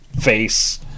face